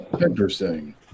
Interesting